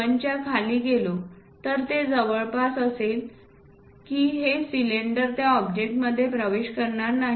1च्या खाली गेलो तर ते जवळपास असेल की हे सिलिंडर त्या ऑब्जेक्टमध्ये प्रवेश करणे शक्य होणार नाही